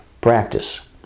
practice